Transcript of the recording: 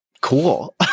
cool